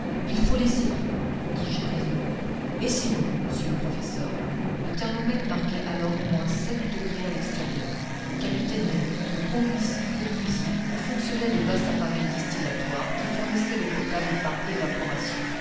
il faut l'essayer dis-je résolument essayons monsieur le professeur le thermomètre marquait alors moins sept degrés à l'extérieur le capitaine nemo me conduisit aux cuisines où fonctionnaient de vastes appareils distillatoires qui fournissaient l'eau potable par évaporation